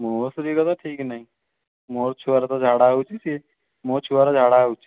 ମୋ ସ୍ତ୍ରୀର ତ ଠିକ୍ ନାହିଁ ମୋ ଛୁଆର ତ ଝାଡ଼ା ହେଉଛି ସିଏ ମୋ ଛୁଆର ଝାଡ଼ା ହେଉଛି